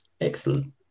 Excellent